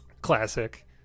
Classic